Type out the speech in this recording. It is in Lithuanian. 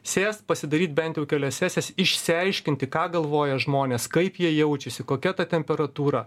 sėst pasidaryt bent jau kelias sesijas išsiaiškinti ką galvoja žmonės kaip jie jaučiasi kokia ta temperatūra